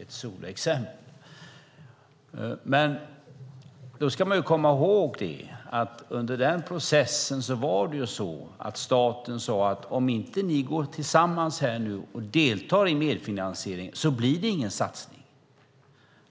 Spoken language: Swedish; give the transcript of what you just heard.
ett solexempel, Gunnar Hedberg. Men då ska man komma ihåg att under denna process sade staten: Om ni inte går in tillsammans och deltar i medfinansiering blir det ingen satsning!